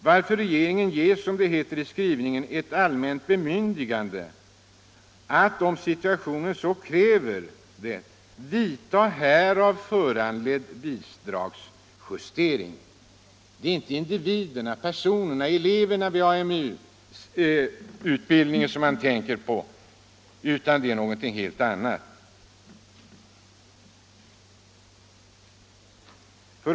När regeringen ges, som det heter i skrivningen, ”ett allmänt bemyndigande att om situationen så kräver det vidta härav föranledd bidragsjustering” är det inte individerna — eleverna vid AMU-utbildningen man tänker på, utan någonting helt annat.